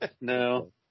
no